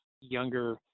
younger